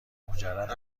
مجرد